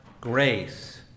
grace